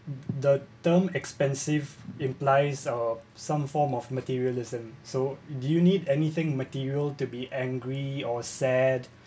the term expensive implies uh some form of materialism so do you need anything material to be angry or sad